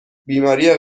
بیماری